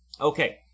Okay